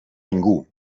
ningú